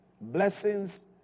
blessings